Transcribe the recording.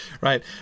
right